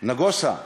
נגוסה,